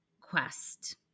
quest